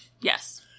Yes